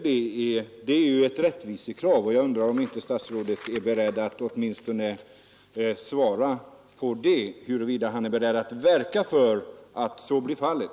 Det är ett rättvisekrav, och jag undrar om inte statsrådet vill svara på frågan huruvida han är beredd att verka för att så blir fallet.